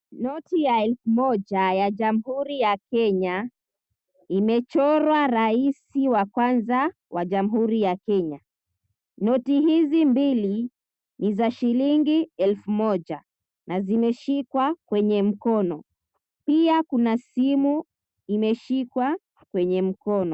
Noti ya elfu moja ya Jamhuri ya Kenya imechorwa rais wa kwanza wa Jamhuri ya Kenya. Noti hizi mbili ni za shilingi elfu moja na zimeshikwa kwenye mkono. Pia kuna simu imeshikwa kwenye mkono.